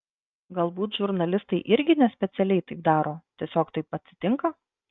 galbūt žurnalistai irgi nespecialiai taip daro tiesiog taip atsitinka